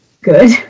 good